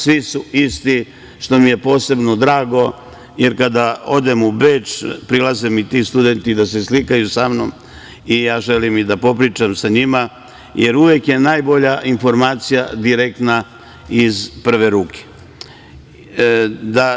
Svi su isti, što mi je posebno drago, jer kada odem u Beč prilaze mi ti studenti da se slikaju sa mnom i želim i da popričam sa njima, jer uvek je najbolja informacija iz prve ruke, direktna.